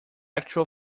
actual